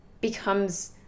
becomes